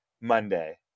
Monday